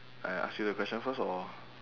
I ask you the question first or